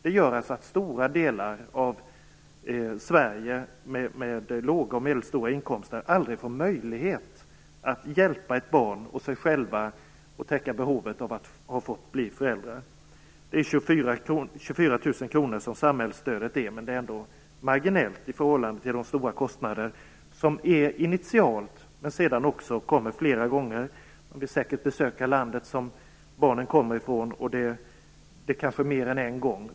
Det gör att stora delar av svenska folket med låga och medelstora inkomster aldrig får möjlighet att hjälpa ett barn och sig själva att bli föräldrar. Samhällsstödet är 24 000 kr, men det är ändå marginellt i förhållande till de stora initiala kostnaderna. Sedan kommer också stora kostnader flera gånger. Man vill säkert besöka landet som barnen kommer ifrån, och det kanske mer än en gång.